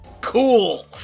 Cool